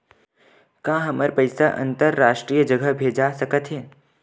का हमर पईसा अंतरराष्ट्रीय जगह भेजा सकत हे?